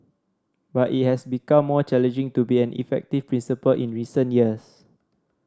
but it has become more challenging to be an effective principal in recent years